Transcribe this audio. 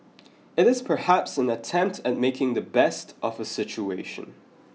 it is perhaps an attempt at making the best of a situation